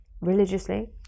religiously